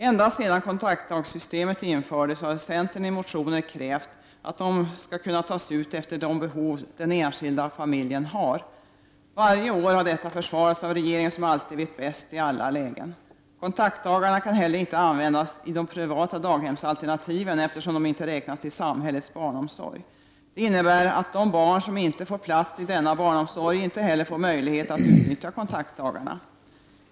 Ända sedan kontaktdagssystemet infördes har centern i motioner krävt att kontaktdagar skall kunna tas ut efter de behov som den enskilda familjen har. Varje år har detta system försvarats av regeringen, som alltid vet bäst i alla lägen. Kontaktdagarna kan inte heller användas i de privata daghemsalternativen, eftersom de inte räknas till samhällets barnomsorg. Det innebär att de barn som inte får plats i denna barnomsorg inte heller får möjlighet att utnyttja kontaktdagarna.